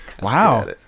Wow